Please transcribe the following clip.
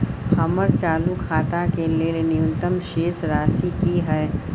हमर चालू खाता के लेल न्यूनतम शेष राशि की हय?